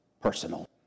personal